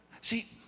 See